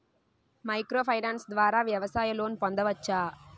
Micro finance ద్వారా వ్యవసాయ loan పొందవచ్చా?